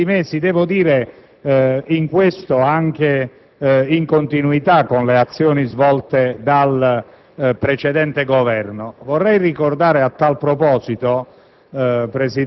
anche in questi mesi, in questo - devo dire - anche in continuità con le azioni svolte dal precedente Governo. Vorrei ricordare a tal proposito,